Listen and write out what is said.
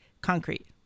concrete